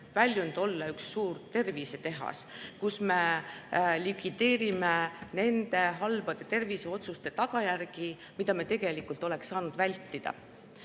väljund on olla suur tervisetehas, kus me likvideerime halbade terviseotsuste tagajärgi, mida me tegelikult oleks saanud vältida.